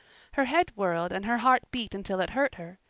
her head whirled and her heart beat until it hurt her.